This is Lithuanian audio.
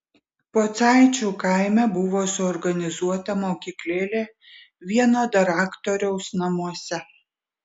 pocaičių kaime buvo suorganizuota mokyklėlė vieno daraktoriaus namuose